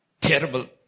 terrible